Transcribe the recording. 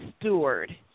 Steward